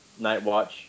Nightwatch